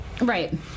Right